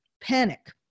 panic